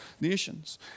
nations